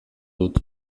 dut